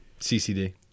CCD